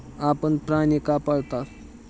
आपण प्राणी का पाळता?